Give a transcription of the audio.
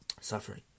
suffering